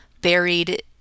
buried